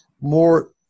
more